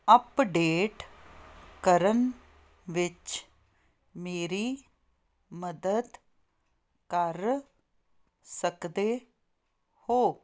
update ਕਰਨ ਵਿੱਚ ਮੇਰੀ ਮਦਦ ਕਰ ਸਕਦੇ ਹੋ